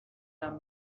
are